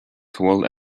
tall